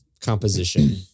composition